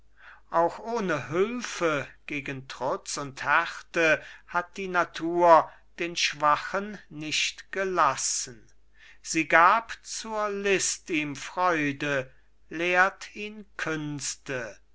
auch ohne hülfe gegen trutz und härte hat die natur den schwachen nicht gelassen sie gab zur list ihm freude lehrt ihn künste